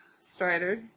Strider